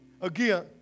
again